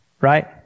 Right